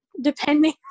depending